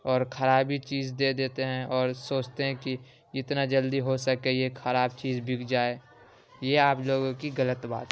اور کھرابی چیز دے دیتے ہیں اور سوچتے ہیں کہ اتنا جلدی ہوسکے یہ کھراب چیز بک جائے یہ آپ لوگوں کی غلط بات ہے